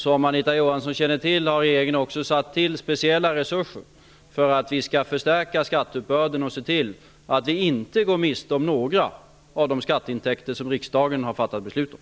Som Anita Johansson känner till har regeringen också tillsatt speciella resurser för att förstärka verksamheten med skatteuppbörden och för att se till att vi inte går miste om några av de skatteintäkter som riksdagen har fattat beslut om.